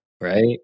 Right